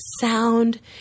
sound